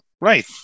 Right